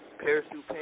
Parachute